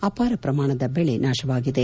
ಅಪಾರ ಪ್ರಮಾಣದ ಬೆಳೆ ನಾಶವಾಗಿದೆ